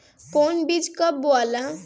कौन बीज कब बोआला?